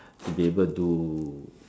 to be able to